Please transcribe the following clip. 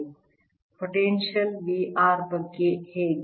potential V r ಬಗ್ಗೆ ಹೇಗೆ